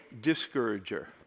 discourager